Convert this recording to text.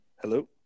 Hello